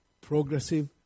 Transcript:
Progressive